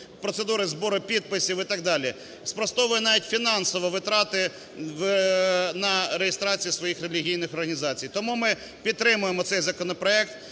процедуру збору підписів і так далі, спростовує навіть фінансові витрати на реєстрацію своїх релігійних організацій, тому ми підтримуємо цей законопроект